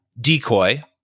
decoy